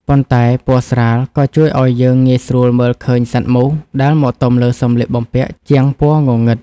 ប៉ុន្តែពណ៌ស្រាលក៏ជួយឱ្យយើងងាយស្រួលមើលឃើញសត្វមូសដែលមកទុំលើសម្លៀកបំពាក់ជាងពណ៌ងងឹត។